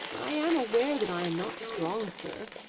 i am aware that i am not strong, sir,